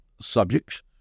subjects